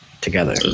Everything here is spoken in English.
together